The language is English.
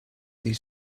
this